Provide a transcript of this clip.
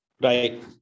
Right